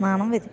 നാണം വരും